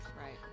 Right